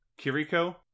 kiriko